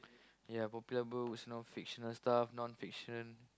ya popular books non fictional stuff non fiction